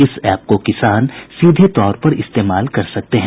इस ऐप को किसान सीधे तौर पर इस्तेमाल कर सकते हैं